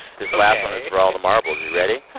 this last one is for all the marbles. are you ready?